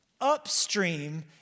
Upstream